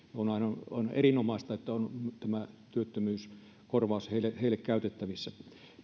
on on erinomaista että on tämä työttömyyskorvaus heille käytettävissä